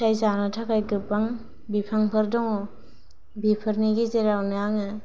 फिथाइ जानो थाखाय गोबां बिफांफोर दङ बेफोरनि गेजेरावनो आङो